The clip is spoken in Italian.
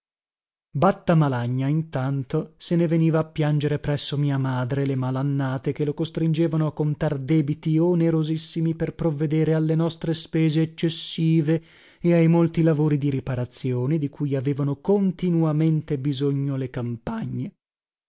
parato batta malagna intanto se ne veniva a piangere presso mia madre le malannate che lo costringevano a contrar debiti onerosissimi per provvedere alle nostre spese eccessive e ai molti lavori di riparazione di cui avevano continuamente bisogno le campagne